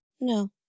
no